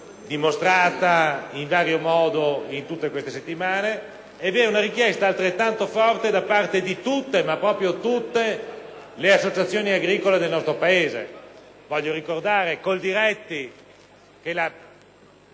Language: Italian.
dimostrata in vario modo in tutte queste settimane. Vi è una richiesta altrettanto forte da parte di tutte, ma proprio tutte, le associazioni agricole del nostro Paese: voglio ricordare che Coldiretti,